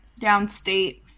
downstate